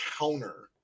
Counter